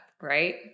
right